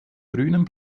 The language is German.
grünen